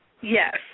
Yes